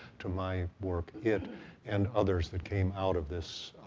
to my work it and others that came out of this